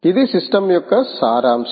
ఇది సిస్టమ్ యొక్క సారాంశం